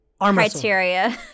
criteria